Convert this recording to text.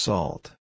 Salt